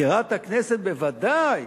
מזכירת הכנסת בוודאי,